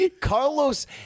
Carlos